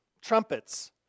trumpets